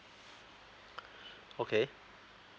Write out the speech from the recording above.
okay